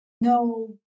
no